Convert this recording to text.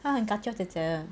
他很 kacau 姐姐的